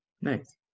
nice